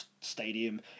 stadium